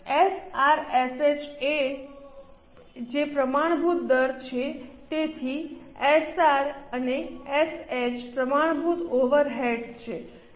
SRSH એટલે જે પ્રમાણભૂત દર છે તેથી એસઆર અને એસએચ પ્રમાણભૂત ઓવરહેડ્સ છે